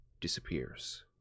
disappears